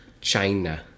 China